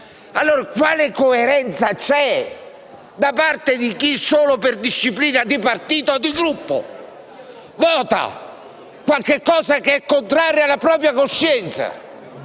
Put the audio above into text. Quale coerenza c'è da parte di chi, solo per disciplina di partito o di Gruppo, vota norme contrarie alla propria coscienza?